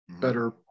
better